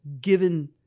given